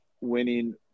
winning